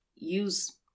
use